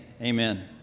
Amen